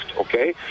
okay